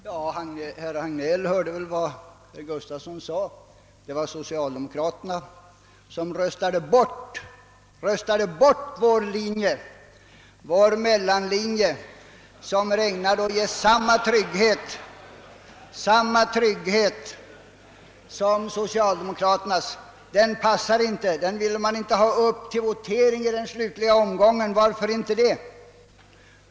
Herr talman! Herr Hagnell hörde vad herr Gustafson i Göteborg sade; det var socialdemokraterna som röstade bort vår linje, vår mellanlinje, som är ägnad att ge samma trygghet som socialdemokraternas förslag. Den passade inte. Man ville inte ha den med i den slutliga omröstningen. Varför?